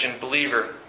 believer